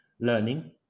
learning